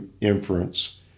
inference